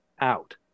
out